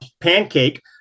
pancake